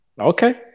Okay